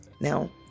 Now